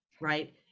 Right